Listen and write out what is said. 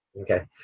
Okay